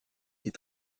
est